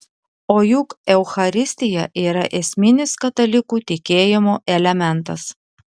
o juk eucharistija yra esminis katalikų tikėjimo elementas